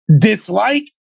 dislike